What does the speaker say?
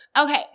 Okay